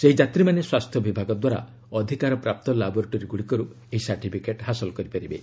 ସେହି ଯାତ୍ରୀମାନେ ସ୍ୱାସ୍ଥ୍ୟ ବିଭାଗ ଦ୍ୱାରା ଅଧିକାରପ୍ରାପ୍ତ ଲାବରୋଟରୀଗୁଡ଼ିକରୁ ଏହି ସାର୍ଟିଫିକେଟ୍ ହାସଲ କରିବେ